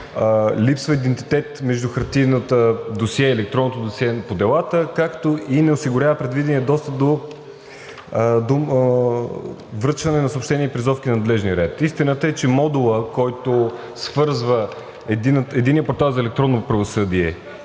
липсва идентитет между хартиеното – електронното досие по делата, както и не осигурява предвидения достъп до връчване на съобщения и призовки по надлежния ред. Истината е, че модулът, който свързва Единния портал за електронно правосъдие